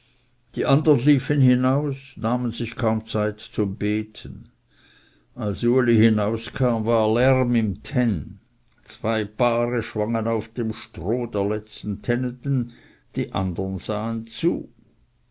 die andern liefen hinaus nahmen sich kaum zeit zum beten als uli hinauskam war lärm im tenn zwei paare schwangen auf dem stroh der letzten tenneten die andern sahen zu